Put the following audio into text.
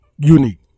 unique